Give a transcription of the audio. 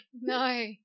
No